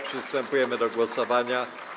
Przystępujemy do głosowania.